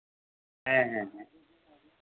ᱦᱮᱸ ᱦᱮᱸ